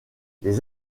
les